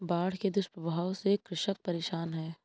बाढ़ के दुष्प्रभावों से कृषक परेशान है